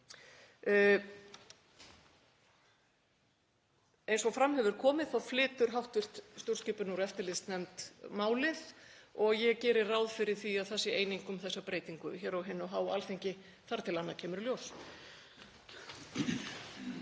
Eins og fram hefur komið þá flytur hv. stjórnskipunar- og eftirlitsnefnd málið og ég geri ráð fyrir því að það sé eining um þessa breytingu hér á hinu háa Alþingi þar til annað kemur í ljós.